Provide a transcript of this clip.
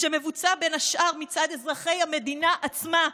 שמבוצע בין השאר מצד אזרחי המדינה עצמה.